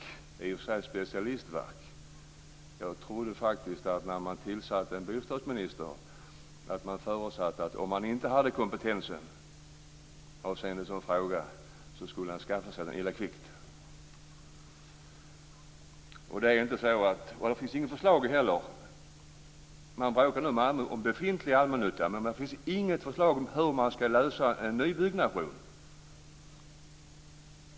Det är i och för sig ett specialistverk. Men när man tillsatte en bostadsminister trodde jag faktiskt att man förutsatte att han, om han inte hade kompetensen avseende en sådan fråga, skulle skaffa den illa kvickt. I Malmö bråkar man om den befintliga allmännyttan. Men det finns inget förslag för hur man skall lösa problemet med nybyggnation.